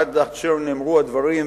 עד אשר נאמרו הדברים,